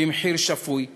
במחיר שפוי,